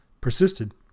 persisted